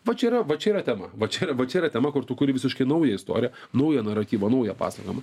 va čia yra va čia yra tema va čia yra va čia yra tema kur tu kuri visiškai naują istoriją naują naratyvą naują pasakojimą